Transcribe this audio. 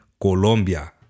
Colombia